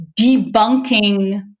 debunking